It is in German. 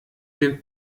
dem